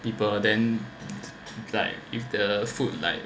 people then like if the food like